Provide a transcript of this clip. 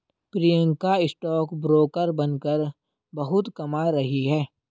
Priyanka stock broker बनकर बहुत कमा रही है